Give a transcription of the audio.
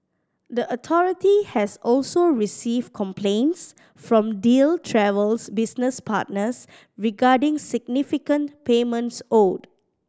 the authority has also received complaints from Deal Travel's business partners regarding significant payments owed